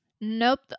Nope